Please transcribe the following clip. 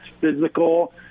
physical